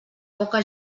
poca